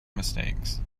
mistakes